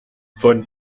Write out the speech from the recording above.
von